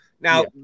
Now